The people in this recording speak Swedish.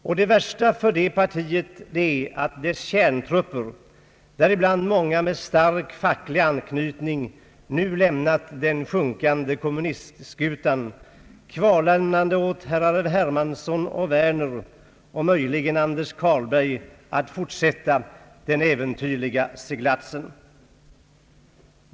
Och det värsta för det partiet är att dess kärntrupper, däribland många med starkt facklig anknytning, nu lämnat den sjunkande kommunistskutan, kvarlämnande åt herrar Hermansson och Werner och möjligen Anders Carlberg att fortsätta den äventyrliga seglatsen.